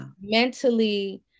mentally